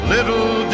Little